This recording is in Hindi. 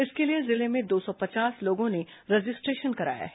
इसके लिए जिले में दो सौ पचास लोगों ने रजिस्ट्रेशन कराया है